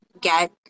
get